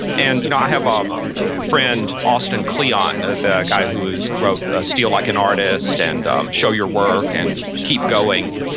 and you know i have um a friend, austin kleon, the guy who wrote a steal like an artist and um show your work and keep going.